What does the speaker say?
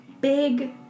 Big